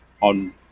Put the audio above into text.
on